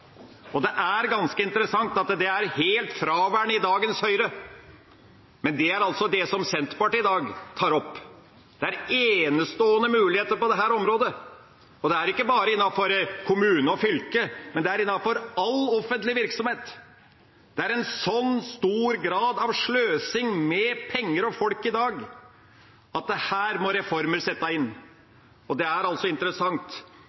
visjoner. Det er ganske interessant at det er helt fraværende i dagens Høyre, men det er altså det Senterpartiet i dag tar opp. Det er enestående muligheter på dette området, og det er ikke bare innenfor kommune og fylke, men innenfor all offentlig virksomhet. Det er en så stor grad av sløsing med penger og folk i dag at her må reformer settes inn. Det er interessant